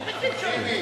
זה בלתי אפשרי.